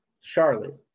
Charlotte